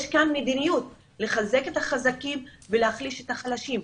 יש כאן מדיניות לחזק את החזקים ולהחליש את החלשים.